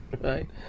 Right